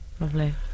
Lovely